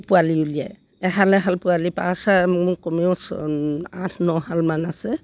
পোৱালি উলিয়াই এহাল এহাল পোৱালি পাৰ চৰাই মোৰ কমেও আঠ নহালমান আছে